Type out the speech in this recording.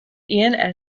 ian